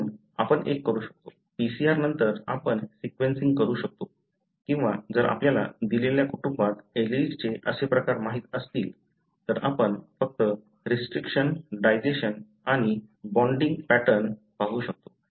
म्हणून आपण एक करू शकतो PCR नंतर आपण सिक्वन्सिंग करू शकतो किंवा जर आपल्याला दिलेल्या कुटुंबात एलील्सचे असे प्रकार माहित असतील तर आपण फक्त रिस्ट्रिक्शन डायजेशन आणि बँडिंग पॅटर्न पाहू शकतो